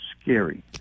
scary